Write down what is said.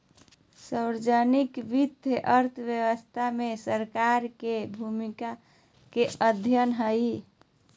सार्वजनिक वित्त अर्थव्यवस्था में सरकार के भूमिका के अध्ययन हइ